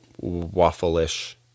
waffle-ish